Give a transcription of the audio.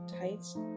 tights